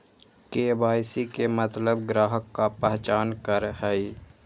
KYC के मतलब ग्राहक का पहचान करहई?